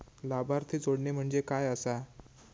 लाभार्थी जोडणे म्हणजे काय आसा?